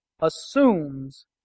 assumes